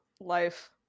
life